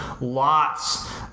lots